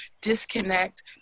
disconnect